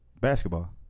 Basketball